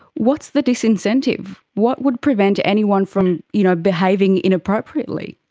what's the disincentive, what would prevent anyone from you know behaving inappropriately?